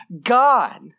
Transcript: God